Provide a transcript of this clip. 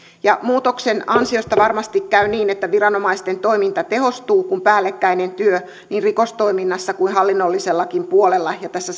muutoksen ansiosta varmasti käy niin että viranomaisten toiminta tehostuu kun päällekkäinen työ niin rikostoiminnassa kuin hallinnollisellakin puolella ja tässä